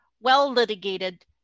well-litigated